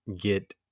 get